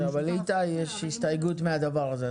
אבל לאיתי יש הסתייגות מהדבר הזה.